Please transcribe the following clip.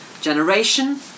generation